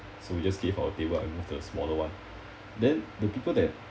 so we just gave our table and move to the smaller one then the people that